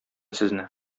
сезне